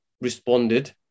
responded